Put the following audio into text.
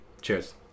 Cheers